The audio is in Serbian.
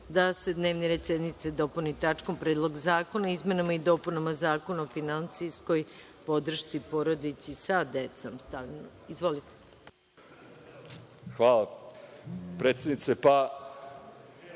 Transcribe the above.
da se dnevni red sednice dopuni tačkom – Predlog zakona o izmenama i dopunama Zakona o finansijskoj podršci porodici sa decom. Izvolite. **Marko